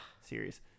series